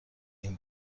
این